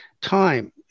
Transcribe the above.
Time